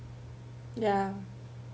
ya